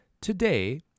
today